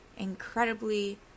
incredibly